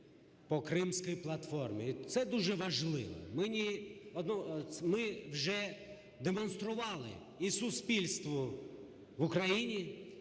по Кримській платформі. Це дуже важливо. Ми вже демонстрували і суспільству в Україні,